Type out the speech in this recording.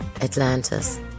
Atlantis